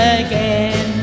again